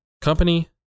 company